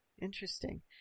interesting